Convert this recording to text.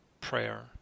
prayer